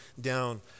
down